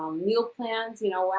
meal plans, you know,